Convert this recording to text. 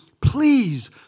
please